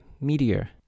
Meteor